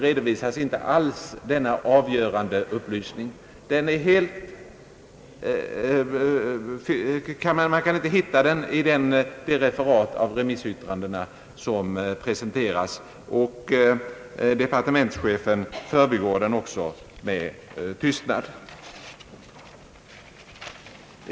Det är märkligt att denna upplysning av avgörande betydelse inte alls redovisas i propositionen. Departementschefen förbigår den också med tystnad.